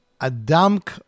Adamk